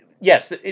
yes